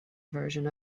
version